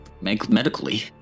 medically